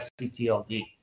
SCTLD